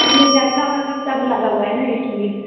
उसमें झरना उरना सब लगा हुआ है ना इसलिए